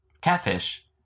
catfish